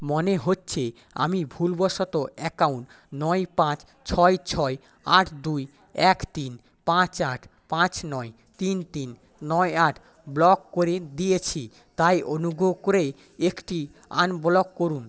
মনে হচ্ছে আমি ভুলবশত অ্যাকাউন্ট নয় পাঁচ ছয় ছয় আট দুই এক তিন পাঁচ আট পাঁচ নয় তিন তিন নয় আট ব্লক করে দিয়েছি তাই অনুগ্রহ করে এটি আনব্লক করুন